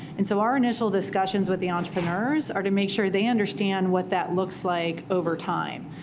and so our initial discussions with the entrepreneurs are to make sure they understand what that looks like over time.